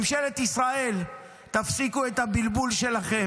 ממשלת ישראל, תפסיקו את הבלבול שלכם.